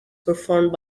performed